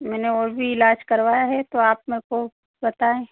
मैंने और भी इलाज करवाया है तो आप मुझको बताएँ